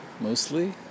mostly